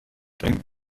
denk